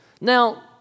Now